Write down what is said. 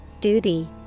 duty